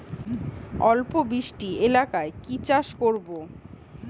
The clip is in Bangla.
অল্প বৃষ্টি এলাকায় কি চাষ করব?